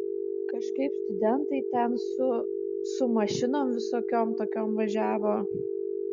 kažkaip studentai ten su su mašinom visokiom tokiom važiavo